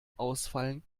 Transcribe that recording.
ausfallen